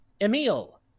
Emil